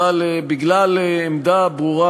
אבל בגלל עמדה ברורה,